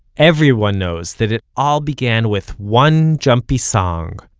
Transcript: everyone knows that it all began with one jumpy song,